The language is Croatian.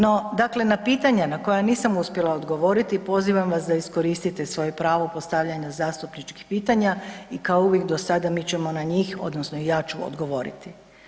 No, dakle, na pitanje na koja nisam uspjela odgovoriti, pozivam vas da iskoristite svoje pravo postavljanja zastupničkih pitanja i kao uvijek do sada, mi ćemo na njih, odnosno ja ću odgovoriti.